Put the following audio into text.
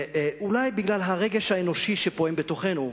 אולי בגלל הרגש האנושי שפועם בתוכנו,